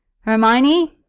hermione!